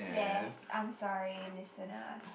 yes I'm sorry listeners